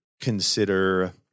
consider